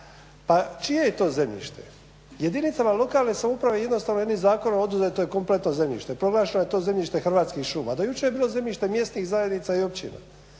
pa čije je to zemljište? Jedinicama lokalne samouprave jednostavno jednim zakonom oduzeto je kompletno zemljište. Proglašeno je to zemljište Hrvatskih šuma, a do jučer je bilo zemljište mjesnih zajednica i općina.